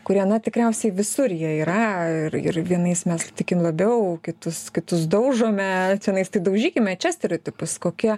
kurie na tikriausiai visur jie yra ir ir vienais mes tikim labiau kitus kitus daužome čianais tai daužykime čia stereotipus kokie